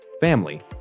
family